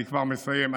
אני כבר מסיים.